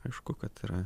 aišku kad yra